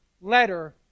letter